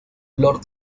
lord